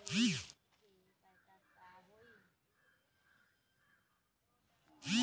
समृद्ध देशवन में हवाई जहाज से कीटनाशकवन के छिड़काव कइल जाहई